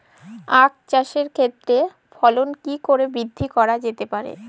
আক চাষের ক্ষেত্রে ফলন কি করে বৃদ্ধি করা যেতে পারে?